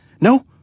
No